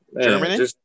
Germany